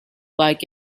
like